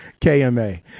KMA